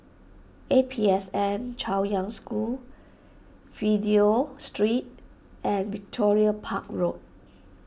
A P S N Chaoyang School Fidelio Street and Victoria Park Road